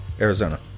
Arizona